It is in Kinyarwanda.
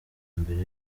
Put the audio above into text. mbere